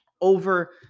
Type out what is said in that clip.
over